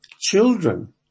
children